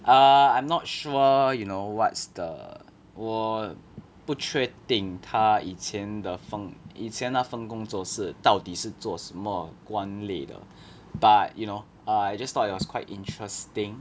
err I'm not sure you know what's the 我不确定他以前的份以前那份工作到底是做什么管类的 but you know err I just thought it was quite interesting